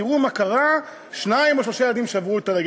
תראו מה קרה, שניים או שלושה ילדים שברו רגל.